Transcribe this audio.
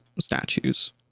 statues